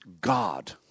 God